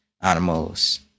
animals